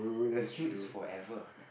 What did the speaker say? the queue is forever